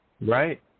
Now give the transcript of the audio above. Right